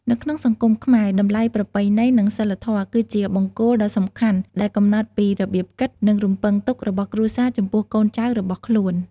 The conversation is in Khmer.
នៅក្នុងសង្គមខ្មែរ តម្លៃប្រពៃណី និងសីលធម៌ គឺជាបង្គោលដ៏សំខាន់ដែលកំណត់ពីរបៀបគិត និងរំពឹងទុករបស់គ្រួសារចំពោះកូនចៅរបស់ខ្លួន។